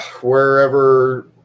wherever